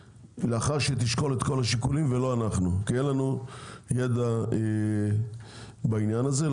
לאחר שתשקול את כל השיקולים ולא אנחנו כי אין לנו ידע בעניין הזה,